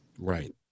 right